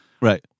Right